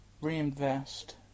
reinvest